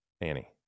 Annie